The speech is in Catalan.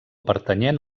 pertanyent